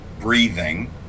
breathing